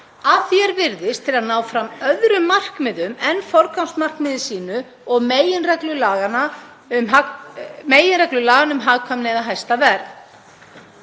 því er virðist til að ná fram öðrum markmiðum en forgangsmarkmiði sínu og meginreglu laga nr. 155/2012 um hagkvæmni eða hæsta verð.“